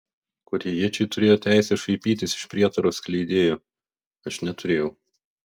korėjiečiai turėjo teisę šaipytis iš prietaro skleidėjo aš neturėjau